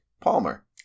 Palmer